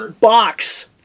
box